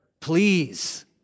Please